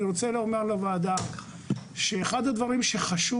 שאני רוצה לומר לוועדה שאחד הדברים שחשוב